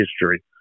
history